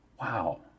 Wow